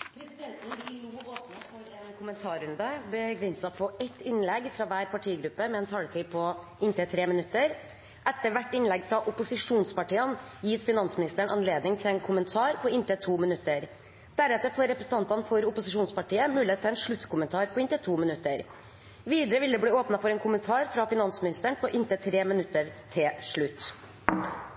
Presidenten vil nå åpne for en kommentarrunde begrenset til ett innlegg fra hver partigruppe med en taletid på inntil 3 minutter. Etter hvert innlegg fra opposisjonspartiene gis finansministeren anledning til en kommentar på inntil 2 minutter. Deretter får representantene for opposisjonspartiene mulighet til en sluttkommentar på inntil 2 minutter. Videre vil det bli åpnet for en kommentar fra finansministeren på inntil 3 minutter til slutt.